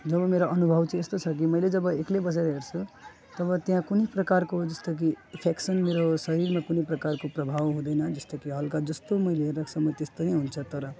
जब मेरो अनुभव चाहिँ यस्तो छ कि मैले जब एक्लै बसेर हेर्छु तब त्यहाँ कुनै प्रकारको जस्तो कि एफेक्सन मेरो शरीरमा कुनै प्रकारको प्रभाव हुँदैन जस्तो कि हल्का जस्तो मैले रहेको छ म त्यस्तै हुन्छ तर